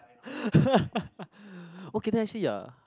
okay then actually ya